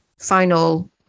final